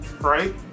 Right